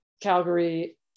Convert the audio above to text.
Calgary